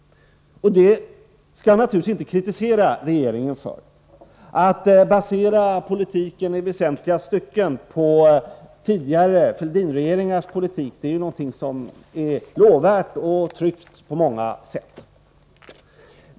Det skall man naturligtvis inte kritisera regeringen för — att basera politiken i väsentliga stycken på tidigare Fälldinregeringars politik är lovvärt och tryggt på många sätt.